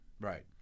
right